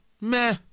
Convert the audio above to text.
meh